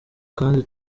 kandi